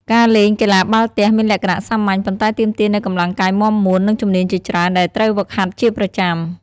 ការលេង កីឡាបាល់ទះ មានលក្ខណៈសាមញ្ញ ប៉ុន្តែទាមទារនូវកម្លាំងកាយមាំមួន និងជំនាញជាច្រើនដែលត្រូវហ្វឹកហាត់ជាប្រចាំ។